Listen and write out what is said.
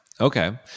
Okay